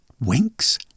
winks